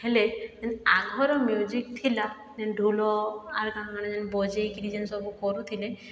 ହେଲେ ଏନ୍ ଆଘର ମ୍ୟୁଜିକ୍ ଥିଲା ଯେନ୍ ଢୋଲ ଆଗ କାଳରେ ବଜେଇକିରି ଯେନ୍ ସବୁ କରୁଥିଲେ